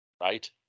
right